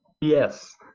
yes